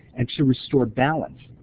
and to restore balance.